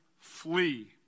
flee